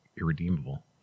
irredeemable